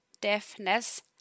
deafness